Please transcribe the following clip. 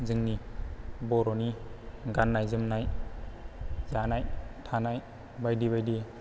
जोंनि बर'नि गान्नाय जोमनाय जानाय थानाय बायदि बायदि